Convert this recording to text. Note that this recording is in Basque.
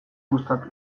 gustatu